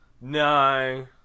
No